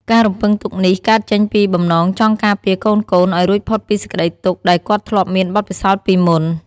ការរំពឹងទុកនេះកើតចេញពីបំណងចង់ការពារកូនៗឲ្យរួចផុតពីសេចក្តីទុក្ខ ដែលគាត់ធ្លាប់មានបទពិសោធន៍ពីមុន។